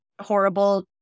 horrible